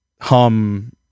hum